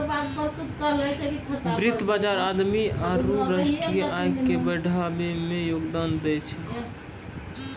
वित्त बजार आदमी आरु राष्ट्रीय आय के बढ़ाबै मे योगदान दै छै